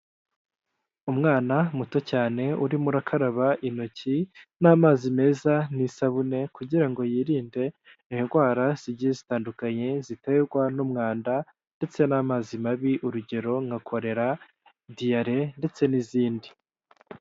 Umwana muto cyane urimo urakaraba intoki n'amazi meza n'isabune kugira ngo yirinde indwara zigiye zitandukanye ziterwa n'umwanda ndetse n'amazi mabi urugero nka korera diyare ndetse n'izindi.